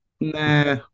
Nah